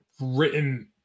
written